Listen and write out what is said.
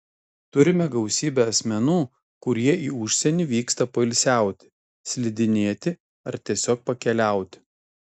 turime gausybę asmenų kurie į užsienį vyksta poilsiauti slidinėti ar tiesiog pakeliauti